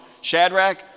Shadrach